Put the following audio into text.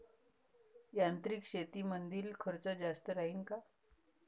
यांत्रिक शेतीमंदील खर्च जास्त राहीन का?